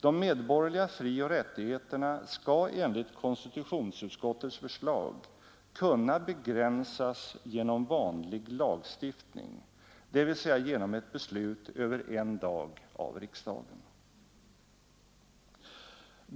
De medborgerliga frioch rättigheterna skall enligt konstitutionsutskottets förslag kunna begränsas genom vanlig lagstiftning, dvs. genom ett beslut över en dag av riksdagen.